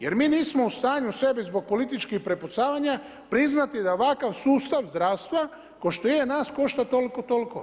Jer mi nismo u stanju sebi zbog političkih prepucavanja priznati da ovakav sustav zdravstva kao što je nas koštao toliko i toliko.